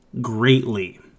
greatly